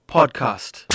Podcast